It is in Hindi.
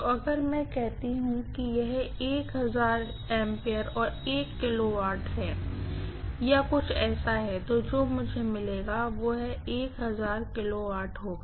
तो अगर मैं कहती हूँ कि यह A और 1 kV है या ऐसा कुछ है तो मुझे जो मिलेगा वह kV होगा